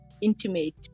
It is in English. intimate